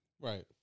right